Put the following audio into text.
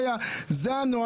לא,